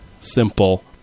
simple